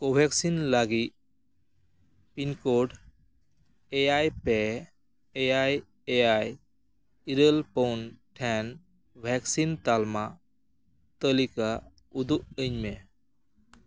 Covaxin ᱞᱟᱹᱜᱤᱫ pin code ᱮᱭᱟᱭ ᱯᱮ ᱮᱭᱟᱭ ᱮᱭᱟᱭ ᱤᱨᱟᱹᱞ ᱯᱩᱱ ᱴᱷᱮᱱ ᱵᱷᱮᱠᱥᱤᱱ ᱛᱟᱞᱢᱟ ᱛᱟᱹᱞᱤᱠᱟ ᱩᱫᱩᱜ ᱟᱹᱧᱢᱮ